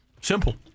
Simple